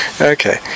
Okay